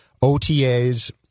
OTAs